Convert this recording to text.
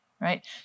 right